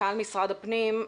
מנכ"ל משרד הפנים,